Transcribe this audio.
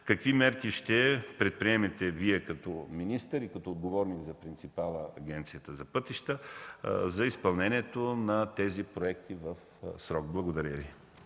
Какви мерки ще предприемете Вие като министър и като отговарящ принципал за Агенцията по пътищата за изпълнение на тези проекти в срок? Благодаря Ви.